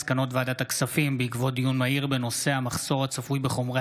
נשים; מסקנות ועדת הכספים בעקבות דיון מהיר בהצעתם של